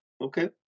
Okay